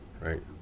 right